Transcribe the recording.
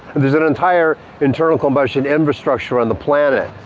there's an entire internal combustion infrastructure on the planet.